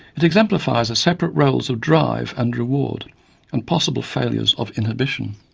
it exemplifies the separate roles of drive and reward and possible failures of inhibition.